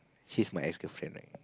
she's my ex girlfriend right